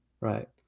right